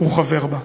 חבר בה.